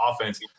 offense